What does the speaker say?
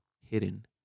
hidden